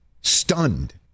stunned